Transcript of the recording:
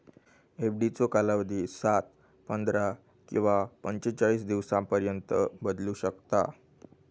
एफडीचो कालावधी सात, पंधरा किंवा पंचेचाळीस दिवसांपर्यंत बदलू शकता